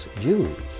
Jews